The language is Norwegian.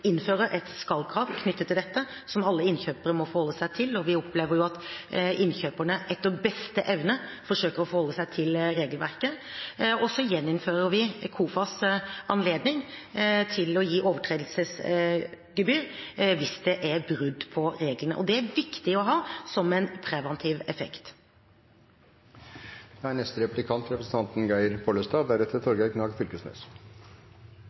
innfører et skal-krav knyttet til dette, som alle innkjøpere må forholde seg til – og vi opplever at innkjøperne etter beste evne forsøker å forholde seg til regelverket – og så gjeninnfører vi KOFAs anledning til å gi overtredelsesgebyr hvis det er brudd på reglene. Det er viktig å ha som en preventiv effekt. Mange, f.eks. kommuner, er